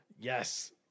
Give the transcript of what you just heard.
Yes